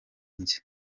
njye